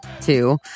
two